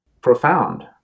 profound